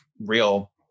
real